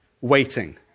waiting